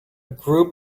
group